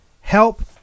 help